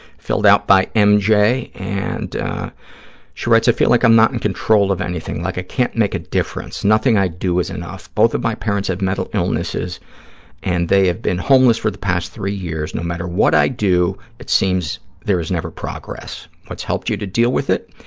filled out by mj, and she writes, i feel like i'm not in control of anything, like i can't make a difference. nothing i do is enough. both of my parents have mental illnesses and they have been homeless for the past three years. no matter what i do, it seems there is never progress. what's helped you to deal with it?